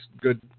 good